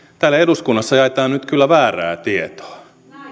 täällä eduskunnassa jaetaan nyt kyllä väärää tietoa